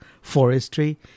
forestry